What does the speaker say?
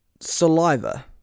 saliva